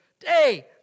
day